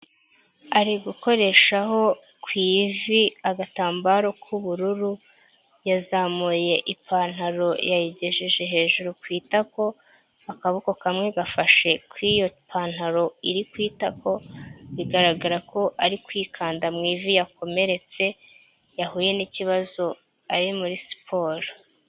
Ari gukoreshaho ku ivi agatambaro k'ubururu, yazamuye ipantalo yayigejeje hejuru ku itako, akaboko kamwe gafashe ku iyo pantaro iri kwi itako, bigaragara ko ari kwikanda mu ivi yakomeretse yahuye n'ikibazo ari muri siporo.